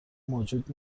موجود